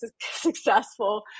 successful